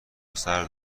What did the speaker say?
سرد